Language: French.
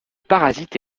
parasite